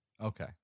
Okay